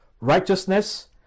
righteousness